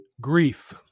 Grief